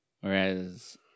Whereas